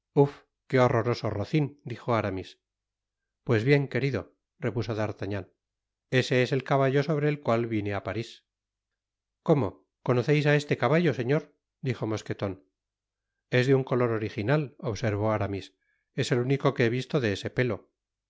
que horroroso rocin i dijo aramis pues bien querido repuso d'artagnan ese es el caballo sobre el cual vine á paris cómo conoceis á este caballo señor dijo mosqueton es de un color original observó aramis es el único que he visto de ese pelo